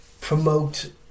promote